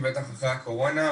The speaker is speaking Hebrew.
בטח אחרי הקורונה.